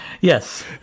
Yes